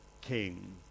king